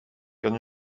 kan